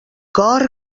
cor